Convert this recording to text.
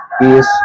peace